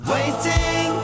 Waiting